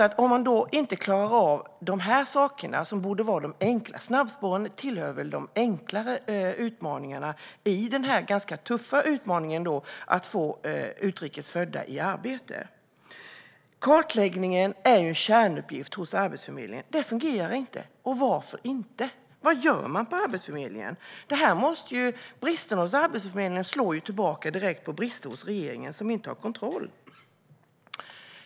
Man verkar inte klara av dessa enkla saker - snabbspåren hör väl till de enklare utmaningarna i den ganska tuffa utmaningen att få utrikesfödda i arbete. Kartläggningen är en kärnuppgift hos Arbetsförmedlingen, men den fungerar inte. Varför gör den inte det? Vad gör de på Arbetsförmedlingen? Bristerna hos Arbetsförmedlingen går direkt tillbaka till brister hos regeringen, som inte har kontroll.